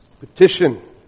Petition